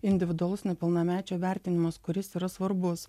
individualus nepilnamečio vertinimas kuris yra svarbus